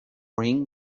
ring